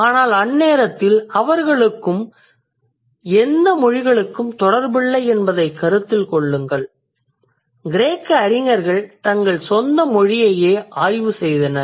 ஆனால் அந்நேரத்தில் அவர்களுக்கும் எந்த மொழிகளுக்கும் தொடர்பில்லை என்பதைக் கருத்தில் கொள்ளுங்கள் கிரேக்க அறிஞர்கள் தங்கள் சொந்த மொழியையே ஆய்வு செய்தனர்